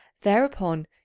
thereupon